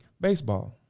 Baseball